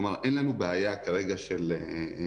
כלומר אין לנו כרגע בעיה של צפיפות.